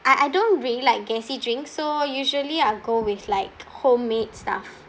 I I don't really like gassy drinks so usually I'll go with like homemade stuff